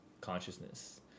consciousness